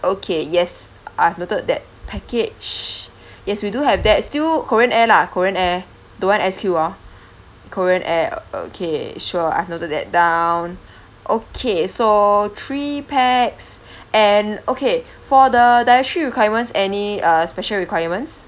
okay yes I have noted that package yes we do have that still korean air lah korean air don't want S_Q orh korean air o~ okay sure I have noted that down okay so three pax and okay for the dietary requirements any uh special requirements